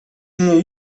mnie